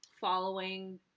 following